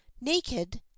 naked